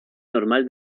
normal